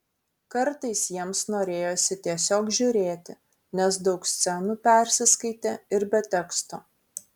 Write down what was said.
kartais jiems norėjosi tiesiog žiūrėti nes daug scenų persiskaitė ir be teksto